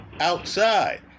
outside